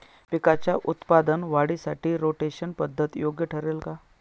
पिकाच्या उत्पादन वाढीसाठी रोटेशन पद्धत योग्य ठरेल का?